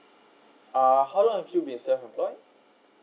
uh how long have you been self employed